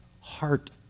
heart